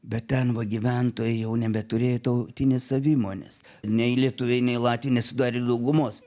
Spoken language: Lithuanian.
bet ten va gyventojai jau nebeturė tautinės savimonės nei lietuviai nei latviai nesudarė daugumos